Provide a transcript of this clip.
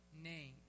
name